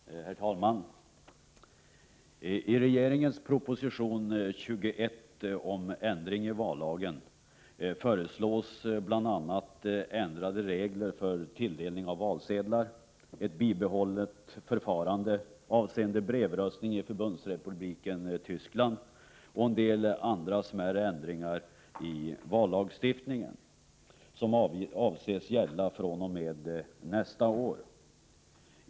Herr talman! I regeringens proposition 21 om ändring i vallagen föreslås bl.a. ändrade regler för tilldelning av valsedlar, ett bibehållet förfarande avseende brevröstning i Förbundsrepubliken Tyskland och en del andra smärre förändringar i vallagstiftningen som avses gälla fr.o.m. nästa år.